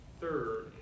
third